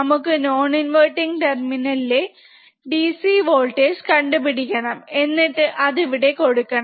നമുക്ക് non inverting terminal ലെ DC voltage കണ്ടുപിടിക്കണം എന്നിട്ട് അതിവിടെ കൊടുക്കണം